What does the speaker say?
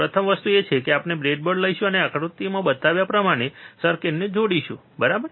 પ્રથમ વસ્તુ એ છે કે આપણે બ્રેડબોર્ડ લઈશું અને આકૃતિમાં બતાવ્યા પ્રમાણે સર્કિટને જોડીશું બરાબર